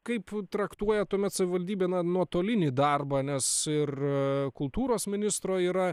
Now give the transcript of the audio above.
kaip traktuoja tuomet savivaldybė na nuotolinį darbą nes ir kultūros ministro yra